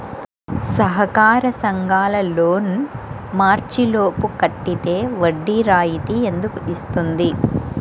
సహకార సంఘాల లోన్ మార్చి లోపు కట్టితే వడ్డీ రాయితీ ఎందుకు ఇస్తుంది?